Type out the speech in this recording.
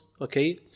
okay